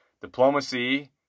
Diplomacy